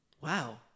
Wow